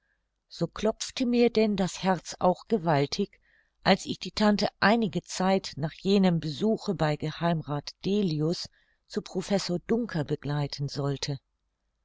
so klopfte mir denn das herz auch gewaltig als ich die tante einige zeit nach jenem besuche bei geh rath delius zu professor dunker begleiten sollte